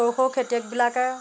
সৰু সৰু খেতিয়কবিলাকে